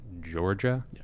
georgia